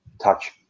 touch